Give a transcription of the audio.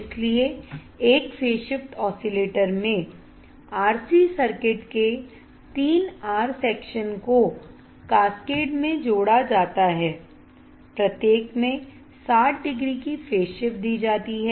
इसलिए एक phase shift oscillator में RC सर्किट के 3 R सेक्शन को कैस्केड में जोड़ा जाता है प्रत्येक में 60 डिग्री की फेज शिफ्ट दी जाती है